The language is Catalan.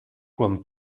quan